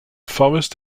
forest